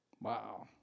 Wow